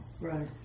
Right